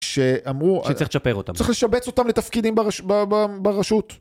שאמרו, שצריך לצ׳פר אותם, צריך לשבץ אותם לתפקידים ברשות.